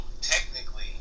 technically